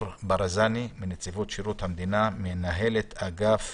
ברזני מנציבות שירות המדינה מנהלת אגף